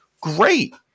great